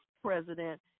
President